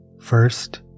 First